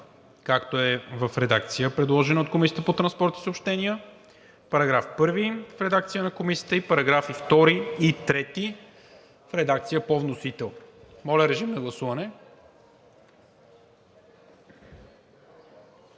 както е в редакция, предложена от Комисията по транспорт и съобщения, § 1 в редакция на Комисията и параграфи 2 и 3 в редакция по вносител. Гласували